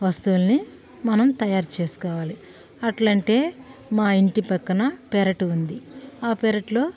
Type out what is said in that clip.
వస్తువులని మనం తయారుచేసుకోవాలి అట్లాంటి మా ఇంటి పక్కన పెరటి ఉంది ఆ పెరటులో